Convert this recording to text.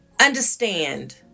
understand